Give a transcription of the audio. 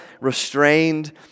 restrained